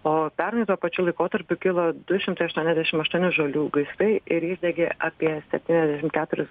o pernai tuo pačiu laikotarpiu kilo du šimtai aštuoniasdešim aštuoni žolių gaisrai ir išdegė apie septyniasdešim keturis